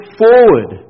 forward